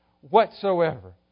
whatsoever